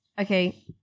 Okay